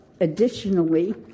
additionally